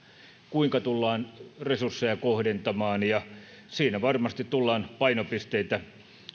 kuinka tullaan resursseja kohdentamaan siinä varmasti tullaan painopisteitä